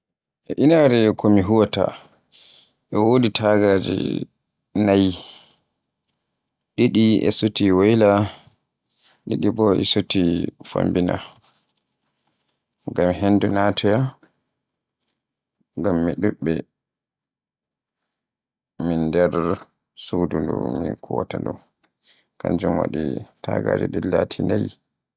E inaare ko mi huwaata e wodi taagaje nayi, ɗiɗi e suti woyla, ɗiɗi bo e suti Fombina, ngam hendu natoya, ngam min ɗuɓɓe min der suudu ndu min kuwaata ndun. Kanjum waɗi tagaaji ɗin lati naayi